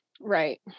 Right